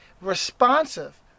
responsive